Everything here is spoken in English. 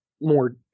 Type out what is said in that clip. more